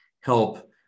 help